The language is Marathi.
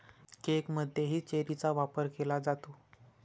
केकमध्येही चेरीचा वापर केला जातो